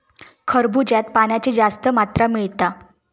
खरबूज्यात पाण्याची जास्त मात्रा मिळता